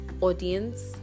audience